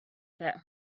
that